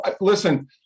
listen